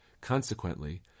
Consequently